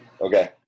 Okay